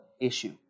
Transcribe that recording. issue